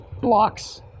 blocks